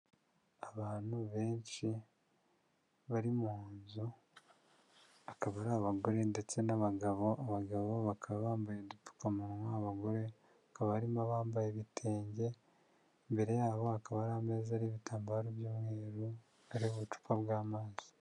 Abantu benshi bari mu nzu akaba ari abagore ndetse n'abagabo abagabo bakaba bambaye udupfukamunwa abagore hakaba harimo bambaye ibitenge, imbere yabo hakaba hari ameza n'ibitambaro by'umweru hari ubucupa bw'amazi